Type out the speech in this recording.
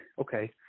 okay